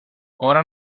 ora